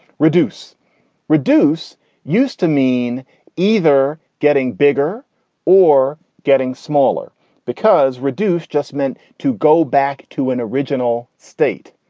reduce reduce used to mean either getting bigger or getting smaller because reduced just meant to go back to an original state.